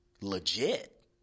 legit